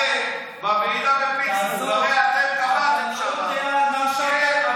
הרי אתם ביטלתם כל המצוות המעשיות.